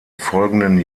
folgenden